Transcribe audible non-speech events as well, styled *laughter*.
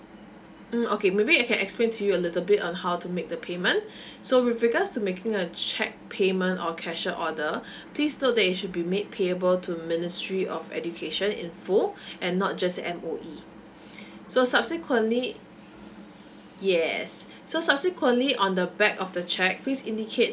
mm okay maybe I can explain to you a little bit on how to make the payment *breath* so with regards to making a cheque payment or cashier order *breath* please note that it should be made payable to ministry of education in full *breath* and not just M_O_E *breath* so subsequently yes so subsequently on the back of the cheque please indicate